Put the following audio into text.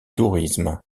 tourisme